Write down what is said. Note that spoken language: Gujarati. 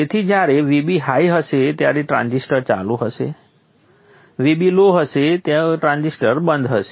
તેથી જ્યારે Vb હાઇ હશે ત્યારે ટ્રાન્ઝિસ્ટર ચાલુ હશે Vb લો હશે તો ટ્રાન્ઝિસ્ટર બંધ હશે